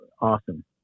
awesome